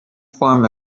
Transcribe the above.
form